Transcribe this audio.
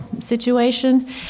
situation